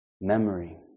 memory